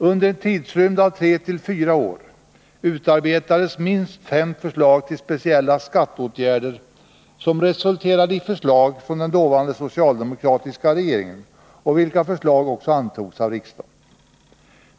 Under en tidrymd av tre till fyra år utarbetades minst fem förslag till speciella skatteåtgärder som resulterade i förslag från den dåvarande socialdemokratiska regeringen och vilka också antogs av riksdagen.